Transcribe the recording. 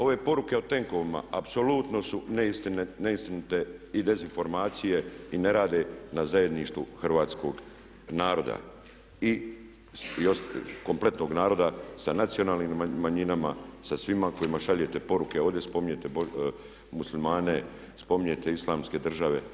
Ove poruke o tenkovima apsolutno su neistinite i dezinformacije i ne rade na zajedništvu Hrvatskog naroda i kompletnog naroda sa nacionalnim manjinama, sa svima kojima šaljete poruke, ovdje spominjete Muslimane, spominjete Islamske države.